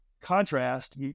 Contrast